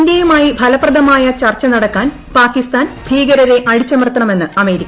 ഇന്ത്യയുമായി ഫ്ലപ്രദമായ ചർച്ച നടക്കാൻ ന് പാകിസ്ഥാൻ ഭിക്ക്ര്രെ അടിച്ചമർത്തണമെന്ന് അമേരിക്ക